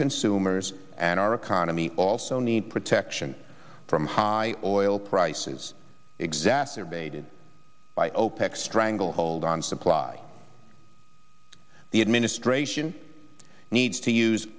consumers and our economy also need protection from high oil prices exacerbated by opec stranglehold on supply the administration needs to use